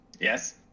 Yes